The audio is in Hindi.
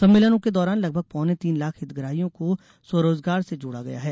सम्मेलनों के दौरान लगभग पौने तीन लाख हितग्राहियों को स्वरोजगार से जोड़ा गया है